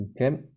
okay